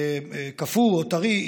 קפוא או טרי,